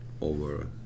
over